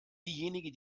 diejenige